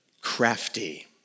Crafty